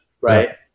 Right